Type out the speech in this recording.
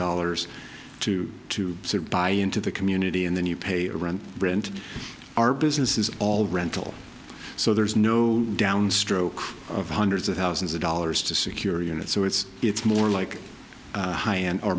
dollars to two sit buy into the community and then you pay a rent rent our business is all rental so there's no downstroke of hundred one thousands of dollars to secure unit so it's it's more like high end or